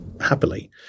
happily